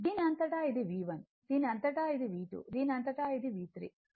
దీని అంతటా ఇది V1 దీని అంతటా ఇది V2 దీని అంతటా ఇది V3